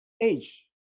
age